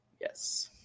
Yes